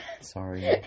Sorry